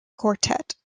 quartet